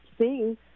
see